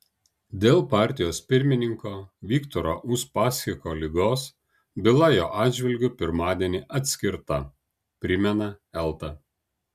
dėl partijos pirmininko viktoro uspaskicho ligos byla jo atžvilgiu pirmadienį atskirta primena elta